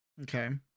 Okay